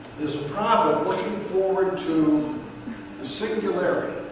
is a prophet looking forward to singularity.